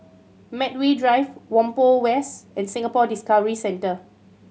Medway Drive Whampoa West and Singapore Discovery Centre